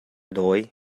dawi